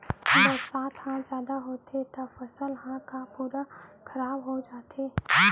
बरसात ह जादा होथे त फसल ह का पूरा खराब हो जाथे का?